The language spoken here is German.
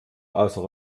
außer